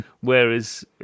Whereas